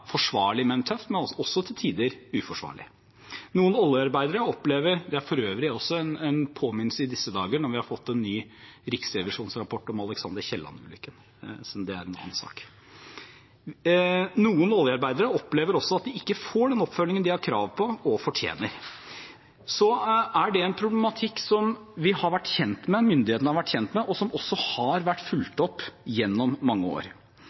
forsvarlig, men tøft – men også til tider uforsvarlig. Det er for øvrig også en påminnelse i disse dager, når vi har fått en ny riksrevisjonsrapport om Alexander Kielland-ulykken, selv om det er en annen sak. Noen oljearbeidere opplever også at de ikke får den oppfølgingen de har krav på og fortjener. Det er en problematikk vi har vært kjent med, som myndighetene har vært kjent med, og som også har vært fulgt opp gjennom mange år.